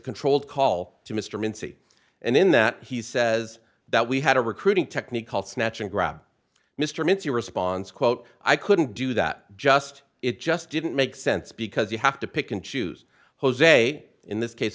controlled call to mr mincy and in that he says that we had a recruiting technique called snatch and grab mr mincy response quote i couldn't do that just it just didn't make sense because you have to pick and choose jose in this case